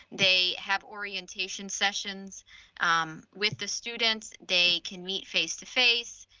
they have orientation sessions with the students. they can meet face to face.